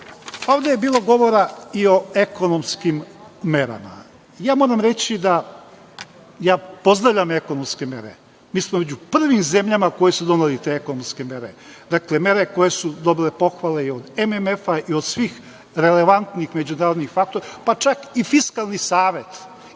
je bilo govora i o ekonomskim merama. Ja moram reći, ja pozdravljam ekonomske mere, mi smo među prvim zemljama koje su donele te ekonomske mere, mere koje su dobile pohvale i od MMF i od svih relevantnih međunarodnih faktora, pa čak i Fiskalni savet